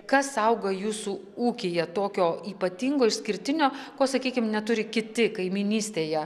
kas auga jūsų ūkyje tokio ypatingo išskirtinio ko sakykim neturi kiti kaimynystėje